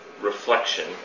reflection